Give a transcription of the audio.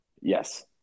Yes